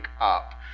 up